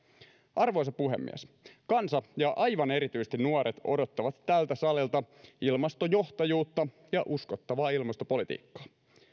arvoisa puhemies kansa ja aivan erityisesti nuoret odottavat tältä salilta ilmastojohtajuutta ja uskottavaa ilmastopolitiikkaa